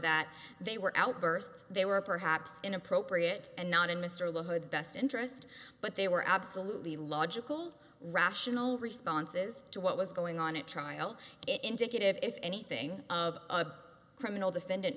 that they were outbursts they were perhaps inappropriate and not in mr low hood's best interest but they were absolutely logical rational responses to what was going on at trial it indicative if anything of a criminal defend